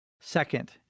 Second